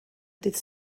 dydd